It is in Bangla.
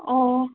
ও